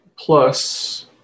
Plus